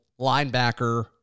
linebacker